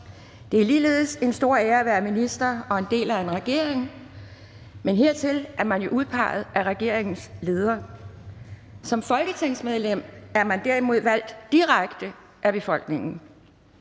Det er ligeledes en stor ære at være minister og en del af en regering, men hertil er man jo udpeget af regeringens leder. Som folketingsmedlem er man derimod valgt direkte af befolkningen.